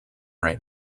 right